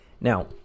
Now